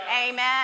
Amen